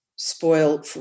spoil